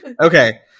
Okay